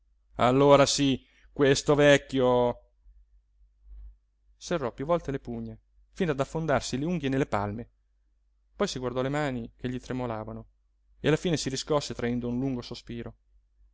allora sí questo vecchio serrò piú volte le pugna fino ad affondarsi le unghie nelle palme poi si guardò le mani che gli tremolavano e alla fine si riscosse traendo un lungo sospiro